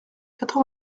quatre